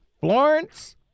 Florence